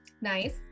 Nice